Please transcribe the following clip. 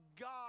God